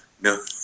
no